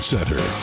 Center